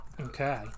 Okay